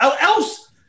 else